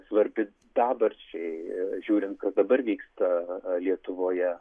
svarbi dabarčiai žiūrint kas dabar vyksta lietuvoje